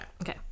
Okay